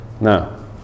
No